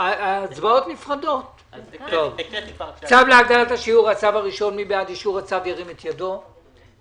הישיבה ננעלה בשעה 10:45.